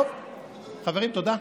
טוב, חברים, תודה.